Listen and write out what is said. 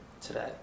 today